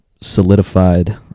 solidified